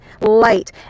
light